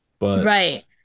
Right